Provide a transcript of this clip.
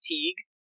Teague